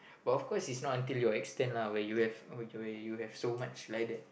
but of course is not until your extent lah where you have you have so much like that